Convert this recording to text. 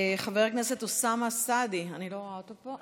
חבר הכנסת אוסאמה סעדי, אני לא רואה אותו פה.